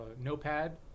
notepad